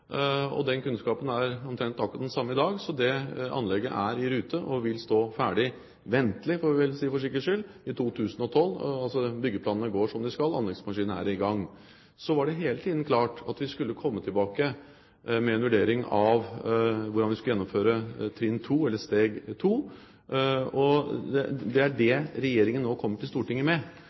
Den kunnskapen er omtrent akkurat den samme i dag. Så det anlegget er i rute og vil stå ferdig – ventelig, får vi vel si for sikkerhets skyld – i 2012. Byggeplanene går som de skal, anleggsmaskinene er i gang. Så var det hele tiden klart at vi skulle komme tilbake med en vurdering av hvordan vi skulle gjennomføre trinn 2, eller steg 2, og det er det Regjeringen nå kommer til Stortinget med.